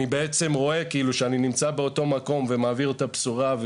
אני בעצם רואה שאני נמצא באותו מקום ומעביר את הבשורה,